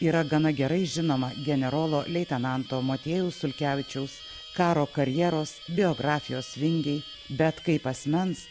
yra gana gerai žinoma generolo leitenanto motiejaus sulkevičiaus karo karjeros biografijos vingiai bet kaip asmens